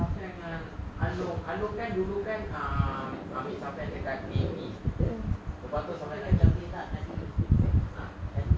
macam yang along along kan dulu kan uh tarik safian punya kaki lepas tu shafa macam